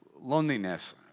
loneliness